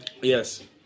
yes